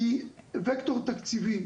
וקטור תקציבי,